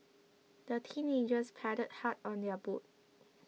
the teenagers paddled hard on their boat